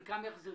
חלקם יחזרו.